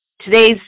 today's